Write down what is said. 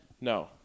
No